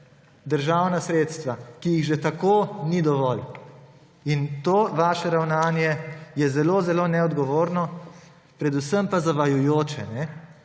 državna sredstva, ki jih že tako ni dovolj. To vaše ravnanje je zelo zelo neodgovorno, predvsem pa zavajajoče. Ker